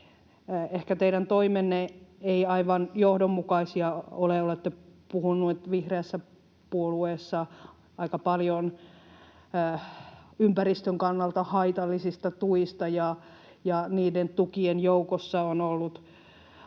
ehkä teidän toimenne eivät aivan johdonmukaisia ole. Olette puhuneet vihreässä puolueessa aika paljon ympäristön kannalta haitallisista tuista, ja niiden tukien joukossa on aina